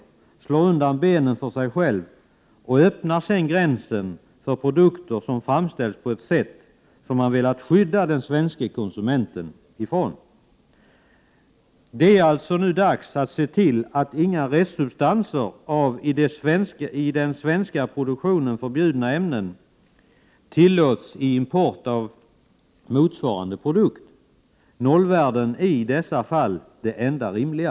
Man slår undan benen för sig själv och sina egna produkter, och öppnar sedan gränsen för produkter som man har velat skydda den svenske konsumenten från, på grund av det sätt på vilket de framställts. Det är nu dags att se till att inga restsubstanser av i den svenska produktionen förbjudna ämnen tillåts vid import av motsvarande produkt. Nollvärden är i dessa fall det enda rimliga.